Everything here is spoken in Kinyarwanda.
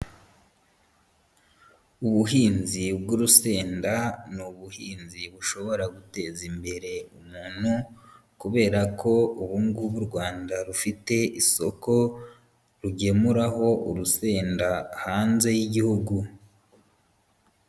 Ubuhinzi bw'urusenda, ni ubuhinzi bushobora guteza imbere umuntu kubera ko ubu ngubu u Rwanda rufite isoko rugemuraraho urusenda hanze y'igihugu.